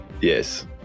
Yes